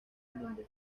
mundo